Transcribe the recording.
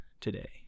today